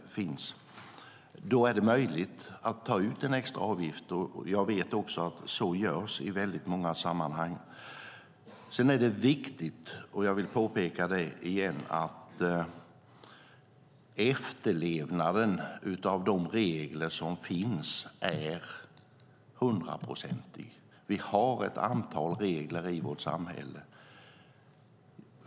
Då är det möjligt att ta ut en extra avgift. Jag vet också att så görs i många sammanhang. Sedan är det viktigt - jag vill påpeka det igen - att efterlevnaden av de regler som finns är hundraprocentig. Vi har ett antal regler i vårt samhälle.